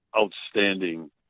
outstanding